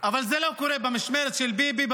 אבל זה לא קורה במשמרת של ביבי.